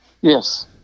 Yes